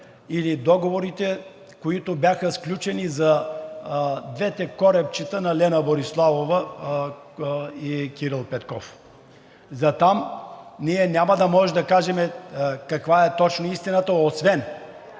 или договорите, които бяха сключени за двете корабчета на Лена Бориславова и Кирил Петков. За там ние няма да можем да кажем каква е точно истината. Освен